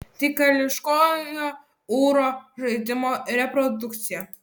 tai karališkojo ūro žaidimo reprodukcija